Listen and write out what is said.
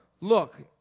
Look